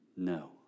No